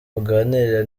uganirira